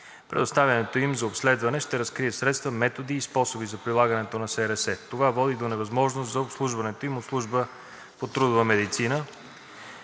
Предоставянето им за обследване ще разкрие средства, методи и способи за прилагане на СРС. Това води до невъзможност за обслужването им от Служба по трудова медицина.